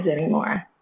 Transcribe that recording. anymore